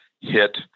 hit